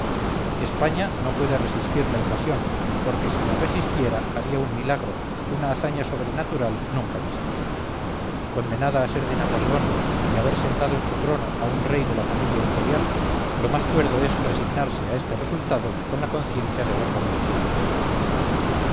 españa no puede resistir la invasión porque si la resistiera haría un milagro una hazaña sobrenatural nunca vista condenada a ser de napoleón y a ver sentado en su trono a un rey de la familia imperial lo más cuerdo es resignarse a este resultado con la conciencia de haberlo merecido